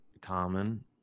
common